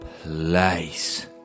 place